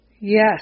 yes